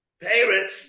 Paris